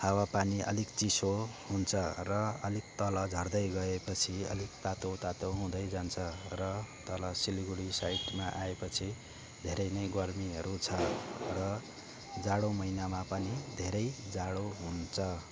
हावा पानी आलिक चिसो हुन्छ र अलिक तल झर्दै गएपछि आलिक तातो तातो हुँदै जान्छ र तल सिलगढी साइडमा आएपछि धेरै नै गर्मीहरू छ र जाडो महिनामा पनि धेरै जाडो हुन्छ